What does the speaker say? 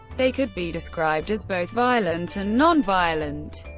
they could be described as both violent and non-violent.